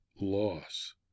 loss